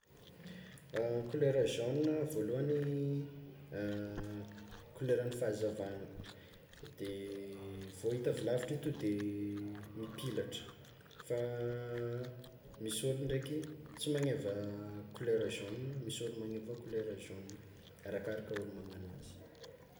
Kolera jaune voalohany koleran'ny fahazavana de vao hita avy lavitra ton'de mipilatra fa misy ôlo ndraiky tsy magneva kolera jaune misy olo magneva kolera jaune arakaraka olo magnagno anazy.